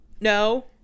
No